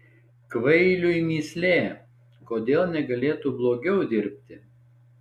kvailiui mįslė kodėl negalėtų blogiau dirbti